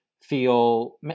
feel